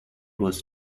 was